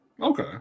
Okay